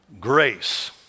grace